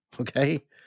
Okay